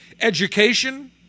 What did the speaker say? Education